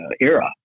era